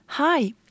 Hi